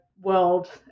world